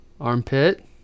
Armpit